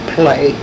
play